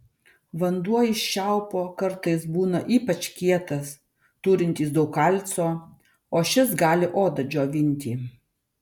vanduo iš čiaupo kartais būna ypač kietas turintis daug kalcio o šis gali odą džiovinti